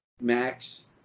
Max